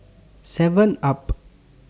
Seven up